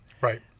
Right